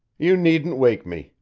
you needn't wake me,